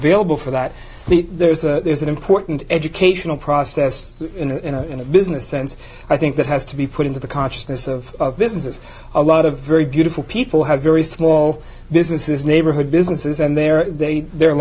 available for that there's a there's an important educational process in a business sense i think that has to be put into the consciousness of businesses a lot of very beautiful people have very small businesses neighborhood businesses and their the